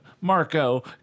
marco